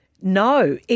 no